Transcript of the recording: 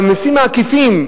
אבל במסים העקיפים,